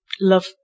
love